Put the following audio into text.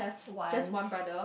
one